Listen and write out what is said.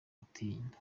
gutinda